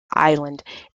island